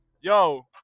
Yo